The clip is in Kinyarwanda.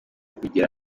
kugira